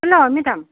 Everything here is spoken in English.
hello madam